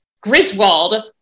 Griswold